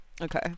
Okay